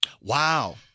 Wow